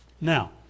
Now